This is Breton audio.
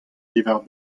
diwar